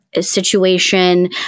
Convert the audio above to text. situation